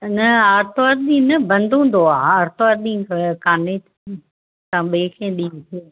न आर्तवार ॾींहुं न बंदि हूंदो आ आर्तवारु ॾींहुं कान्हे तव्हां ॿिए कंहिं ॾींहुं ॾिजो